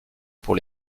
pour